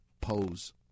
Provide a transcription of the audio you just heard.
pose